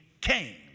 came